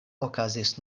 okazis